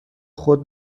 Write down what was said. خود